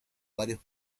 varios